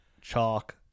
Chalk